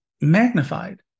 magnified